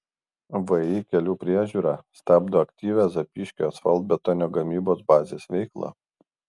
vį kelių priežiūra stabdo aktyvią zapyškio asfaltbetonio gamybos bazės veiklą